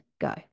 go